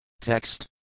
Text